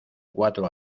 cuatro